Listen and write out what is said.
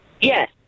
Yes